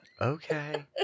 Okay